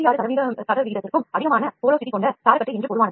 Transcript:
66 சதவிகிதத்திற்கும் அதிகமான புரைமைக்கொண்ட scaffold பொதுவானது